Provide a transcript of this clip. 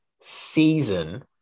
season